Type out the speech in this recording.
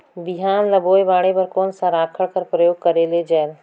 बिहान ल बोये बाढे बर कोन सा राखड कर प्रयोग करले जायेल?